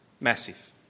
massive